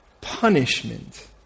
punishment